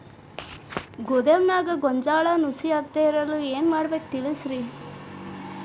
ಗೋದಾಮಿನ್ಯಾಗ ಗೋಂಜಾಳ ನುಸಿ ಹತ್ತದೇ ಇರಲು ಏನು ಮಾಡಬೇಕು ತಿಳಸ್ರಿ